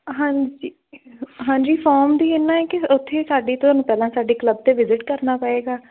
ਹਾਂਜੀ ਹਾਂਜੀ ਫੋਮ ਦੀ ਹੈ ਨਾ ਕਿ ਉੱਥੇ ਸਾਡੀ ਤੁਹਾਨੂੰ ਪਹਿਲਾਂ ਸਾਡੇ ਕਲੱਬ 'ਤੇ ਵਿਜਿਟ ਕਰਨਾ ਪਵੇਗਾ